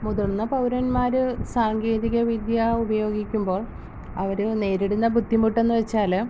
മുതിർന്ന പൗരന്മാർ സാങ്കേതിക വിദ്യ ഉപയോഗിക്കുമ്പോൾ അവർ നേരിടുന്ന ബുദ്ധിമുട്ടെന്ന് വെച്ചാൽ